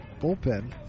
bullpen